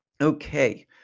Okay